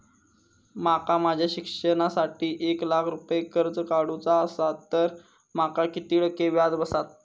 माका माझ्या शिक्षणासाठी एक लाख रुपये कर्ज काढू चा असा तर माका किती टक्के व्याज बसात?